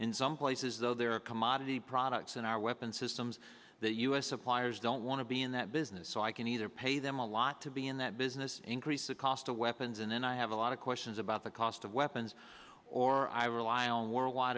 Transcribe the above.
in some places though they're a commodity products and our weapons systems that u s suppliers don't want to be in that business so i can either pay them a lot to be in that business increase the cost of weapons and then i have a lot of questions about the cost of weapons or i rely on worldwide